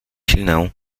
ślinę